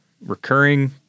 recurring